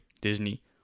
Disney